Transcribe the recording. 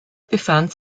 befand